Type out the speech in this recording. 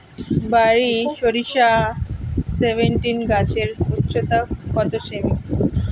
বারি সরিষা সেভেনটিন গাছের উচ্চতা কত সেমি?